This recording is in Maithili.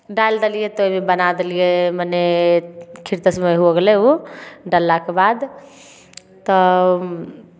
डालि देलियै तऽ ओहिमे बना देलियै मने खीर तस्मै हो गेलै ओ डललाके बाद तऽ